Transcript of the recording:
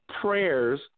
prayers